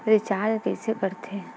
Recharge कइसे कर थे?